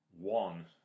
one